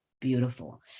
beautiful